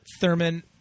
Thurman